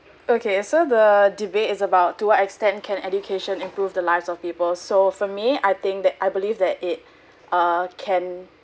okay so the debate is about to what extent can education improve the lives of people so for me I think that I believe that it uh can